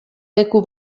leku